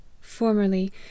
formerly